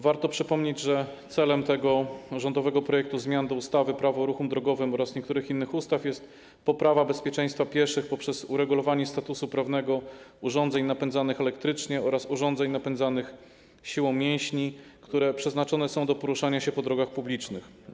Warto przypomnieć, że celem tego rządowego projektu zmian ustawy - Prawo o ruchu drogowym oraz niektórych innych ustaw jest poprawa bezpieczeństwa pieszych poprzez uregulowanie statusu prawnego urządzeń napędzanych elektrycznie oraz urządzeń napędzanych siłą mięśni, które przeznaczone są do poruszania się po drogach publicznych.